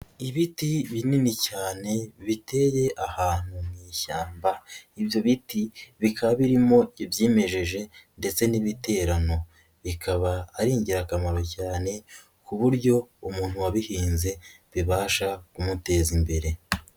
Ibiti binini cyane biteye ahantu mu ishyamba, ibyo biti bikaba birimo ibyimejeje ndetse n'ibiterano, bikaba ari ingirakamaro cyane, ku buryo umuntu wabihinze bibasha kumuteza imbere.